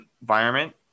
environment